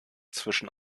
zwischen